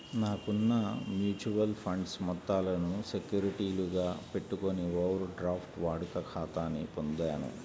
నాకున్న mutual funds మొత్తాలను సెక్యూరిటీలుగా పెట్టుకొని ఓవర్ డ్రాఫ్ట్ వాడుక ఖాతాని పొందాను